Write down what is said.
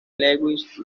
lewis